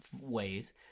ways